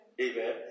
Amen